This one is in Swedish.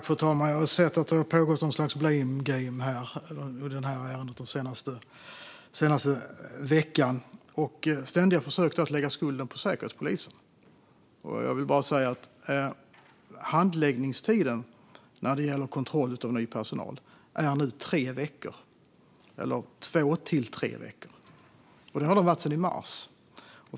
Fru talman! Jag har sett att det har pågått något slags blame game i det här ärendet den senaste veckan med ständiga försök att lägga skulden på Säkerhetspolisen. Jag vill bara säga att handläggningstiden när det gäller kontroll av ny personal nu är två till tre veckor. Det har den varit sedan i mars.